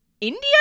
India